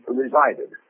resided